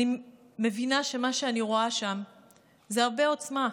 אני מבינה שמה שאני רואה שם זה הרבה עוצמה,